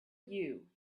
you